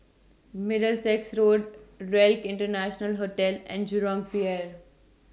Middlesex Road RELC International Hotel and Jurong Pier